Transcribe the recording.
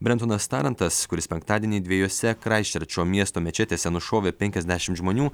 brentonas tarantas kuris penktadienį dviejose kraistčerčo miesto mečetėse nušovė penkiasdešim žmonių